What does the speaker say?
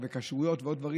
כשרויות ועוד דברים.